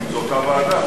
אם זו אותה ועדה,